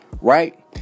right